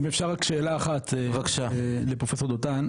אם אפשר רק שאלה אחת לפרופסור דותן?